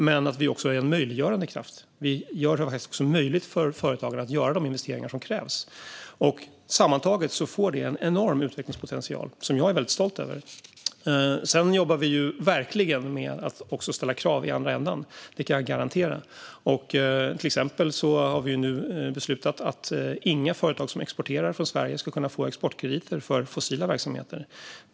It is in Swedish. Men vi är också en möjliggörande kraft. Vi gör det också möjligt för företagare att göra de investeringar som krävs. Sammantaget har detta en enorm utvecklingspotential som jag är väldigt stolt över. Sedan jobbar vi verkligen med att också ställa krav i andra ändan. Det kan jag garantera. Till exempel har vi nu beslutat att inga företag som exporterar från Sverige ska kunna få exportkrediter för fossila verksamheter.